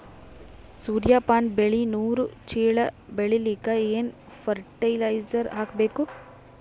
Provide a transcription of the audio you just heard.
ಸೂರ್ಯಪಾನ ಬೆಳಿ ನೂರು ಚೀಳ ಬೆಳೆಲಿಕ ಏನ ಫರಟಿಲೈಜರ ಹಾಕಬೇಕು?